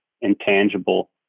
intangible